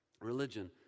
Religion